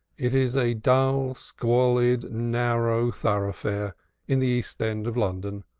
it is a dull, squalid, narrow thoroughfare in the east end of london,